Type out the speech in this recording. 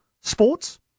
sports